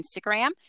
Instagram